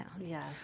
Yes